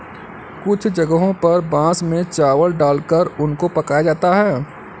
कुछ जगहों पर बांस में चावल डालकर उनको पकाया जाता है